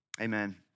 amen